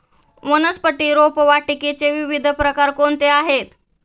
वनस्पती रोपवाटिकेचे विविध प्रकार कोणते आहेत?